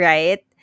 Right